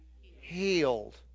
healed